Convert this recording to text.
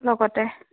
লগতে